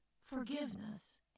forgiveness